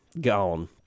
gone